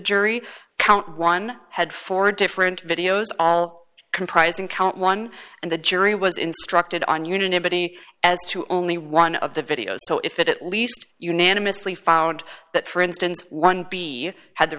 jury count one had four different videos all comprised in count one and the jury was instructed on unanimity as to only one of the videos so if it at least unanimously found that for instance one b had the